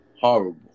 Horrible